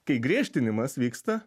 kai griežtinimas vyksta